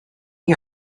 you